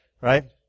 right